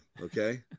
Okay